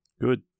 good